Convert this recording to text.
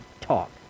talk